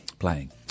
playing